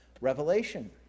revelation